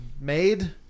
made